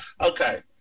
Okay